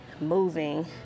moving